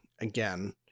again